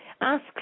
Ask